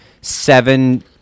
seven